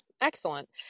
excellent